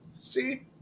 See